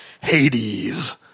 Hades